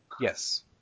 yes